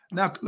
Now